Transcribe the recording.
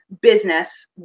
business